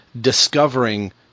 discovering